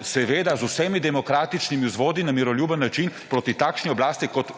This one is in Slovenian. Seveda, z vsemi demokratičnimi vzvodi, na miroljuben način proti takšni oblasti, kot jo